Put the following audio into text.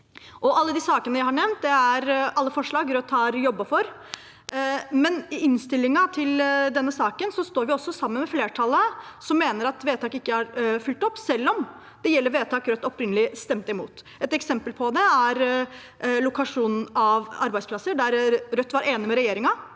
er forslag Rødt har jobbet for, men i innstillingen til denne saken står vi også sammen med flertallet, som mener at vedtak ikke er fulgt opp, selv om det gjelder vedtak Rødt opprinnelig stemte imot. Et eksempel på det er lokasjon av arbeidsplasser, der Rødt var enig med regjeringen.